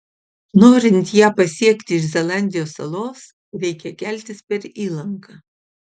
norint ją pasiekti iš zelandijos salos reikia keltis per įlanką